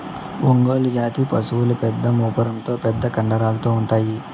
ఒంగోలు జాతి పసులు పెద్ద మూపురంతో పెద్ద కండరాలతో ఉంటాయి